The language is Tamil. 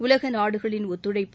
உலக நாடுகளின் ஒத்துழைப்பு